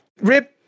rib